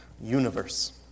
universe